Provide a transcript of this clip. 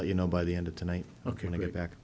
let you know by the end of tonight ok to get back